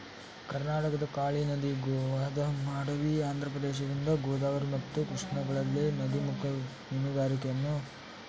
ಕರ್ನಾಟಕದ ಕಾಳಿ ನದಿ, ಗೋವಾದ ಮಾಂಡೋವಿ, ಆಂಧ್ರಪ್ರದೇಶದ ಗೋದಾವರಿ ಮತ್ತು ಕೃಷ್ಣಗಳಲ್ಲಿ ನದಿಮುಖ ಮೀನುಗಾರಿಕೆಯನ್ನು ನೋಡ್ಬೋದು